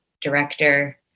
director